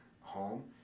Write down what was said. home